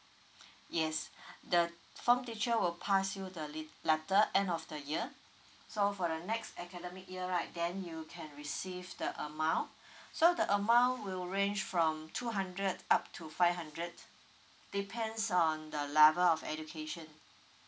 yes the form teacher will pass you the lid letter end of the year so for your next academic year right then you can receive the amount so the amount will rane from two hundred up to five hundred depends on the level of education